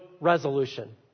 resolution